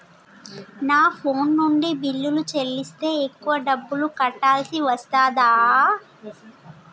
నా ఫోన్ నుండి బిల్లులు చెల్లిస్తే ఎక్కువ డబ్బులు కట్టాల్సి వస్తదా?